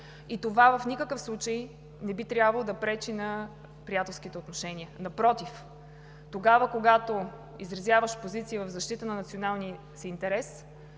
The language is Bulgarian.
и това в никакъв случай не би трябвало да пречи на приятелските отношения. Напротив, когато изразяваш позиция в защита на националния си интерес,